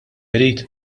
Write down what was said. irid